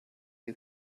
you